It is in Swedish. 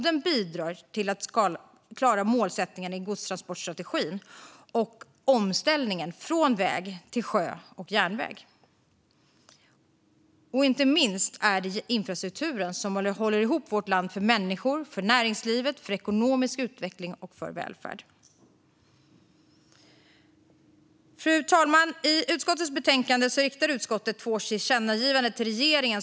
Den bidrar till att klara målsättningarna i godstransportstrategin och omställningen från väg till sjöfart och järnväg. Inte minst är det infrastrukturen som håller ihop vårt land - för människor, för näringslivet, för ekonomisk utveckling och för välfärd. Fru talman! I betänkandet har utskottet två förslag till tillkännagivanden till regeringen.